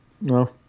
No